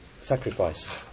sacrifice